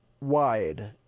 wide